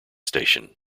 station